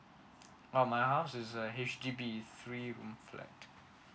um my house is a H_D_B three room flat